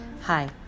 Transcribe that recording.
hi